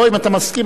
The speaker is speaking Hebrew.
או אם אתה מסכים,